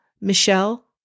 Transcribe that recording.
michelle